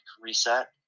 reset